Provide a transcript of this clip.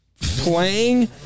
Playing